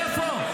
איפה?